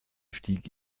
stieg